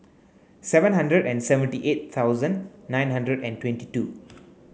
seven hundred and seventy eight thousand nine hundred and twenty two